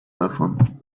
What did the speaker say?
davon